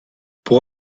pour